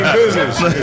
business